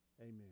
Amen